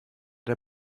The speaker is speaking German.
der